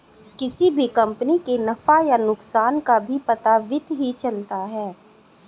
किसी भी कम्पनी के नफ़ा या नुकसान का भी पता वित्त ही चलता है